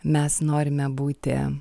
mes norime būti